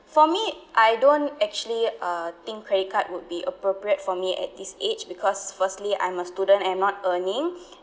for me I don't actually uh think credit card would be appropriate for me at this age because firstly I'm a student I am not earning